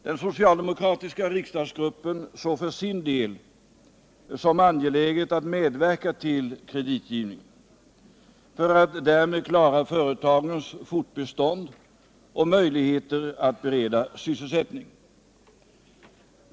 Den socialdemokratiska riksdagsgruppen såg det för sin del som angeläget att medverka till kreditgivningen, för att därmed klara företagens fortbestånd och möjligheter att bereda sysselsättning.